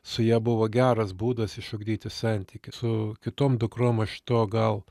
su ja buvo geras būdas išugdyti santykiu su kitom dukrom aš to gal